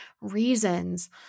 reasons